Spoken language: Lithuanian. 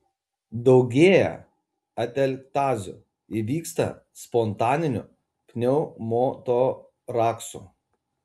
daugėja atelektazių įvyksta spontaninių pneumotoraksų